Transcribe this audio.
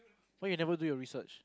why you never do your research